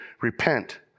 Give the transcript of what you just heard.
repent